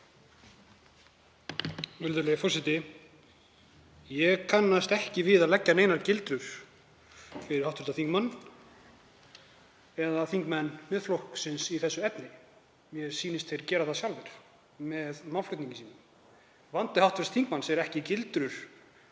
Virðulegi forseti. Ég kannast ekki við að leggja neinar gildur fyrir hv. þingmann eða þingmenn Miðflokksins í þessu efni. Mér sýnist þeir gera það sjálfir með málflutningi sínum. Vandi hv. þingmanns er ekki gildrur